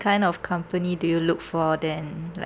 kind of company do you look for then like